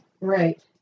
Right